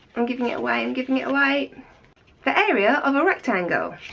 i'm giving it away and giving it like the area of a rectangle